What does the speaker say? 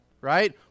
right